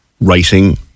writing